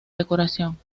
decoración